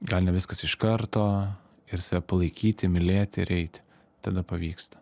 gal ne viskas iš karto ir save palaikyti mylėti ir eiti tada pavyksta